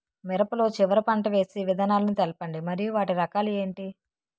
మిరప లో చివర పంట వేసి విధానాలను తెలపండి మరియు వాటి రకాలు ఏంటి